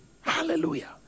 Hallelujah